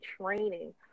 training